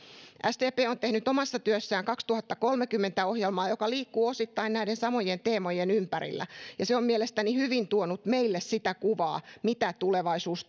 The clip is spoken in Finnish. sdp on tehnyt omassa työssään kaksituhattakolmekymmentä ohjelmaa joka liikkuu osittain näiden samojen teemojen ympärillä ja se on mielestäni hyvin tuonut meille sitä kuvaa mitä tulevaisuus